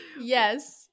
Yes